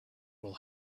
will